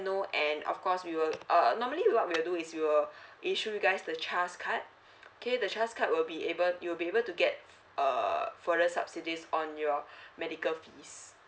know and of course we will uh normally what we'll do is we'll issue you guys the chas card okay the chas card will be able you'll be able to get uh further subsidies on your medical fees